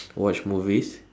watch movies